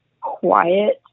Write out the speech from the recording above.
quiet